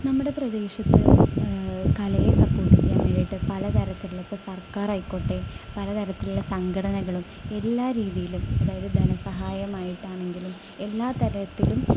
നമ്മുടെ പ്രദേശത്ത് കലയെ സപ്പോർട്ട് ചെയ്യാൻ വേണ്ടിയിട്ട് പലതരത്തിലുള്ള ഇപ്പോൾ സർക്കാർ ആയിക്കോട്ടെ പലതരത്തിലുള്ള സംഘടനകളും എല്ലാ രീതിയിലും അതായത് ധനസഹായം ആയിട്ടാണെങ്കിലും എല്ലാതരത്തിലും